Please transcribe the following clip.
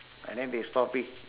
and then they stopped it